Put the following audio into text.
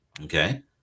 Okay